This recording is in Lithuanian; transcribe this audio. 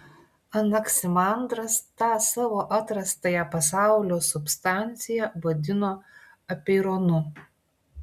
anaksimandras tą savo atrastąją pasaulio substanciją vadino apeironu